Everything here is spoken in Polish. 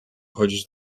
chodzić